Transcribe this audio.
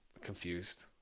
confused